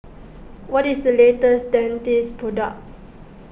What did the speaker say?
what is the latest Dentiste product